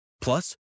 Plus